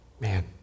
Man